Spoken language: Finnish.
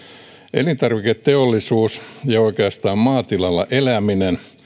elintarviketeollisuus ja oikeastaan maatilalla eläminen